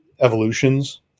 evolutions